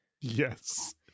Yes